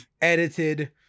edited